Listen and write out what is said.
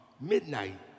midnight